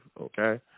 okay